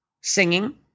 singing